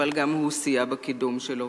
אבל גם הוא סייע בקידום שלו.